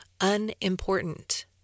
unimportant